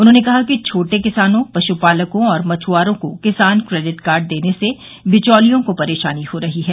उन्होंने कहा कि छोटे किसानों पश्पालकों और मछ्आरों को किसान क्रेडिट कार्ड देने से बिचौलियों को परेशानी हो रही है